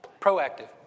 Proactive